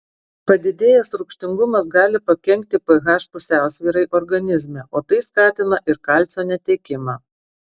padidėjęs rūgštingumas gali pakenkti ph pusiausvyrai organizme o tai skatina ir kalcio netekimą